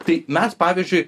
tai mes pavyzdžiui